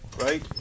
right